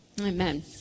Amen